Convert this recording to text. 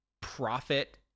profit